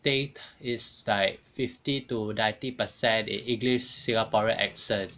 date is like fifty to ninety percent in english singaporean accent